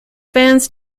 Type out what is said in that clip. fans